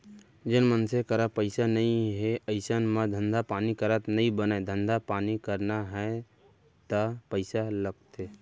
जेन मनसे करा पइसा नइ हे अइसन म धंधा पानी करत नइ बनय धंधा पानी करना हे ता पइसा लगथे